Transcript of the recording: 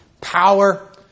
Power